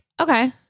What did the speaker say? Okay